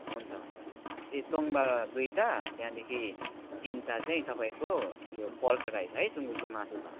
हुन्छ हुन्छ ए तोङ्बा दुइटा त्यहाँदेखि तिनटा चाहिँ तपाईँको यो पर्क राइस है सुङ्गुरको मासु भात